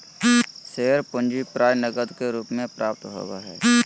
share पूंजी प्राय नकद के रूप में प्राप्त होबो हइ